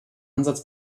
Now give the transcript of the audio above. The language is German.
ansatz